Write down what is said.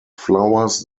flowers